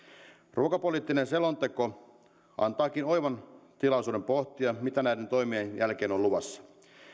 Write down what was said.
ruokapoliittinen selonteko antaakin oivan tilaisuuden pohtia mitä näiden toimien jälkeen on luvassa